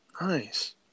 Nice